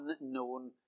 unknown